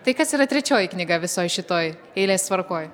tai kas yra trečioji knyga visoj šitoj eilės tvarkoj